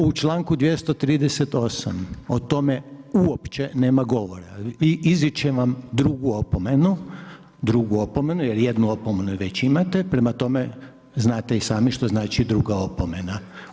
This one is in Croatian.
U čl. 238. o tome uopće nema govora i izričem vam drugu opomenu, drugu opomenu, jer jednu opomenu već imate, prema tome, znate i sami što znači druga opomena.